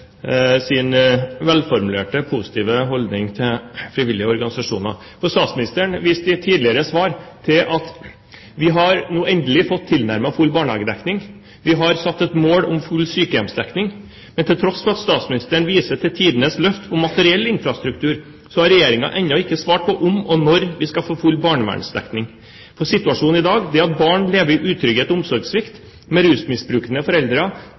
sin velformulerte, positive holdning til frivillige organisasjoner. Statsministeren viste i et tidligere svar til at vi nå endelig har fått tilnærmet full barnehagedekning, og sa at «vi setter oss som mål full sykehjemsdekning». Men til tross for at statsministeren viser til tidenes løft når det gjelder materiell infrastruktur, har Regjeringen ennå ikke svart på om og når vi skal få full barnevernsdekning. Situasjonen i dag er at barn lever i utrygghet, med omsorgssvikt, med rusmiddelmisbrukende foreldre,